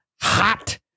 hot